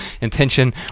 intention